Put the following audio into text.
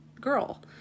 girl